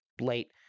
late